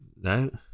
No